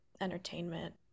entertainment